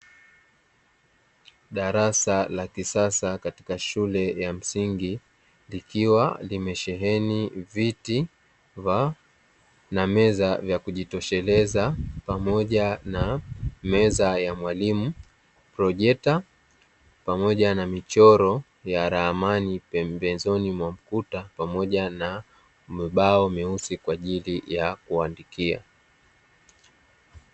Darasa la kisasa katika shule ya msingi, likiwa limesheheni viti vya na meza vya kujitosheleza, pamoja na meza ya mwalimu projekta pamoja na michoro ya ramani pembezoni mwamkuta pamoja na mabao meusi kwa ajili ya kuandikia